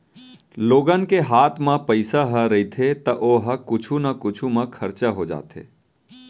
लोगन के हात म पइसा ह रहिथे त ओ ह कुछु न कुछु म खरचा हो जाथे